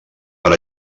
per